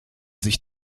sich